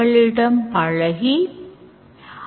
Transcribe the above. User pin code ஐ உள்ளிடுகிறார்